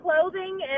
clothing